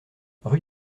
rue